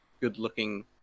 good-looking